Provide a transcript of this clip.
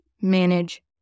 manage